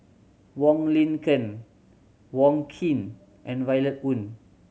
Wong Lin Ken Wong Keen and Violet Oon